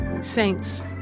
Saints